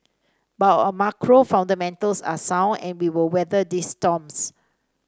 but our macro fundamentals are sound and we will weather these storms